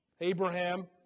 Abraham